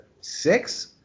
six